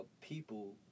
people